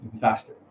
faster